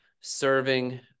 serving